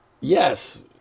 yes